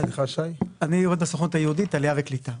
אני עובד בסוכנות היהודית, עלייה וקליטה.